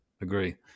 Agree